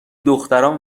دختران